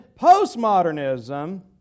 postmodernism